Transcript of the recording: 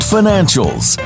Financials